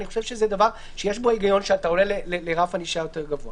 אני חושב שזה דבר שיש בו היגיון כשאתה עולה לרף ענישה יותר גבוה.